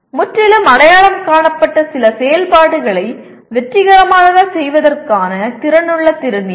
முற்றிலும் அடையாளம் காணப்பட்ட சில செயல்பாடுகளை வெற்றிகரமாகச் செய்வதற்கான திறனுள்ள திறன் இது